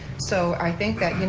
so i think that, you know